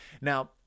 now